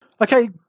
okay